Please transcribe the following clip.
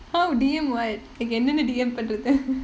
oh D_M [what] இதுக்கு என்னண்டு:ithuku ennaandu D_M பண்றது:pandrathu